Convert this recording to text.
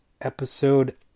episode